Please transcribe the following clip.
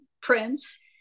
prince